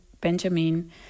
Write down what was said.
benjamin